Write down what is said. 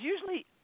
usually